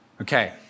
Okay